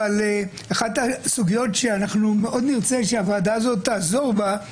אבל אחת הסוגיות שאנחנו מאוד נרצה שהוועדה תעזור בה,